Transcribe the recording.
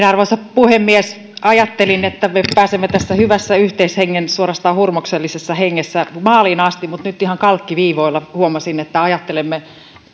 arvoisa puhemies ajattelin että me pääsemme tässä hyvässä yhteishengessä suorastaan hurmoksellisessa hengessä maaliin asti mutta nyt ihan kalkkiviivoilla huomasin että ajattelemme